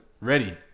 Ready